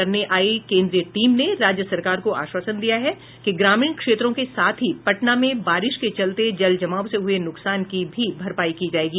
बिहार में बाढ़ का आकलन करने आई केन्द्रीय टीम ने राज्य सरकार को आश्वासन दिया है कि ग्रामीण क्षेत्रों के साथ ही पटना में बारिश के चलते जल जमाव से हये न्कसान की भी भरपाई की जायेगी